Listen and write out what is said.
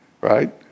right